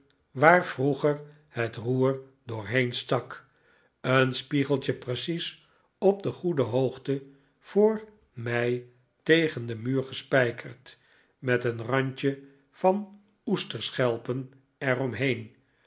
waar vroeger het roer doorheen stak een spiegeltje precies op de goede hoogte voor mij tegen den muur gespijkerd met een rand van